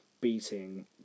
beating